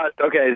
Okay